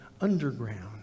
underground